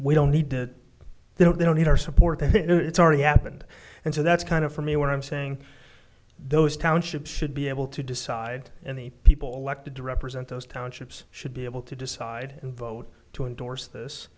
we don't need to they don't they don't need our support and it's already happened and so that's kind of for me what i'm saying those townships should be able to decide and the people elected to represent those townships should be able to decide and vote to endorse this